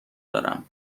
دارم